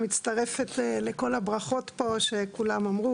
אני מצטרפת לכל הברכות שנאמרו פה.